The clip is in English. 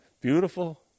Beautiful